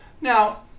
Now